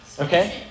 Okay